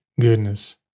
goodness